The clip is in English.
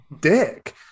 dick